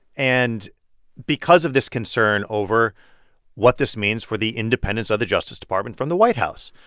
and because of this concern over what this means for the independence of the justice department from the white house.